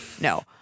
No